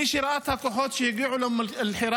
מי שראה את הכוחות שהגיעו לאום אל-חיראן,